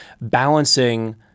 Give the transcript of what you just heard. balancing